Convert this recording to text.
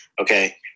okay